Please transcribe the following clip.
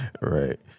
Right